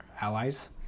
allies